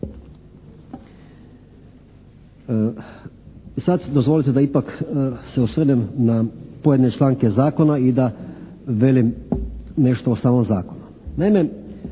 Sad dozvolite da ipak se osvrnem na pojedine članke zakona i da velim nešto o samom zakonu.